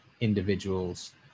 individuals